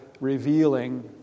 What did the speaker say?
revealing